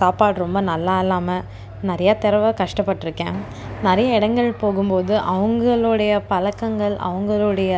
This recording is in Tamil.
சாப்பாடு ரொம்ப நல்லா இல்லாமல் நிறையா தடவ கஷ்டப்பட்டிருக்கேன் நிறைய இடங்கள் போகும்போது அவங்களுடைய பழக்கங்கள் அவங்களுடைய